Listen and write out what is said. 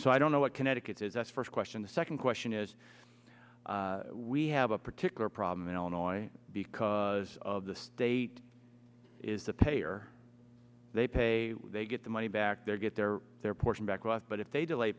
so i don't know what connecticut is that's first question the second question is we have a particular problem in illinois because of the state is the payer they pay they get the money back they're get their their portion back off but if they delay